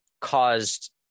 caused